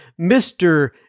Mr